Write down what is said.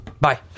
Bye